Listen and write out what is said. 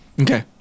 Okay